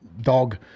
dog